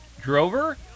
Drover